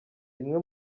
kimwe